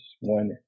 One